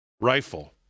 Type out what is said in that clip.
rifle